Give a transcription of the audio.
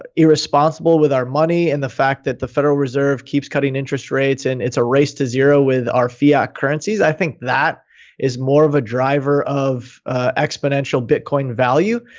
ah irresponsible with our money and the fact that the federal reserve keeps cutting interest rates and it's a race to zero with our fiat currencies, i think that is more of a driver of exponential bitcoin value,